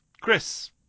Chris